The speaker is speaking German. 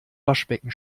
waschbecken